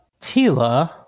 Tila